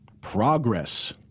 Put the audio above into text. progress